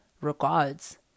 regards